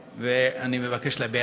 הדייר.